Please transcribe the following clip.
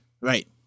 right